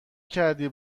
کردی